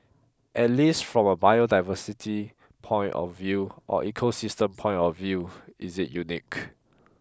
at least from a biodiversity point of view or ecosystem point of view is it unique